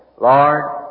Lord